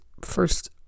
first